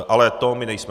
Ale to my nejsme.